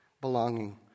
Belonging